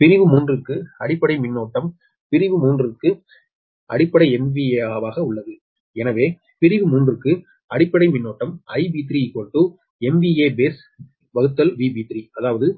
பிரிவு 3 க்கு அடிப்படை மின்னோட்டம் பிரிவு 3 க்கு அடிப்படை MVA உள்ளது எனவே பிரிவு 3 க்கு அடிப்படை மின்னோட்டம் IB3MVA baseVB3 அதாவது